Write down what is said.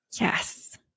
Yes